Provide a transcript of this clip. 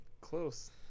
Close